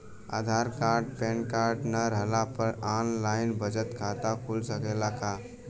आधार card PAN card न रहला पर आन लाइन बचत खाता खुल सकेला का?